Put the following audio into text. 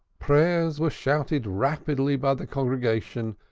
prayers were shouted rapidly by the congregation,